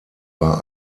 war